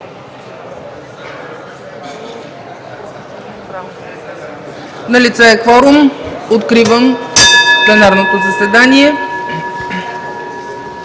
Налице е кворум. Откривам пленарното заседание.